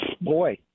boy